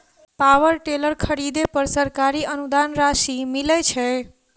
Power tiller खरीदे पर सरकारी अनुदान राशि मिलय छैय?